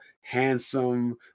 handsome